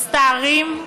מצטערים,